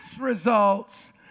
results